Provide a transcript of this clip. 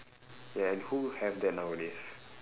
yeah and who have that nowadays